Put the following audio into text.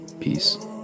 Peace